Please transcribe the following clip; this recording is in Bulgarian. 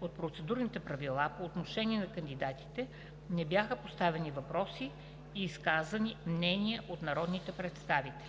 от процедурните правила по отношение на кандидатите не бяха поставени въпроси и изказани мнения от народните представители.